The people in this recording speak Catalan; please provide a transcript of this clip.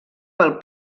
pel